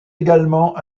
également